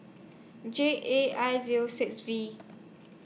J A I Zero six V